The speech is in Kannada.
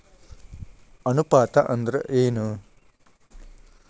ಅನುಪಾತ ಅಂದ್ರ ಏನ್?